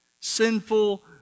sinful